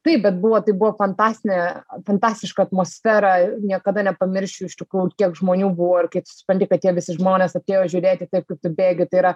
taip bet buvo tai buvo fantastinė fantastiška atmosfera ir niekada nepamiršiu iš tikrųjų kiek žmonių buvo ir kai tu supranti kad tie visi žmonės atėjo žiūrėti taip kaip tu bėgi tai yra